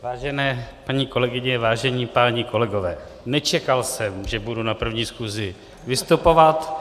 Vážené paní kolegyně, vážení páni kolegové, nečekal jsem, že budu na první schůzi vystupovat.